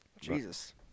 Jesus